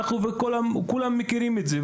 וכולנו מכירים את זה.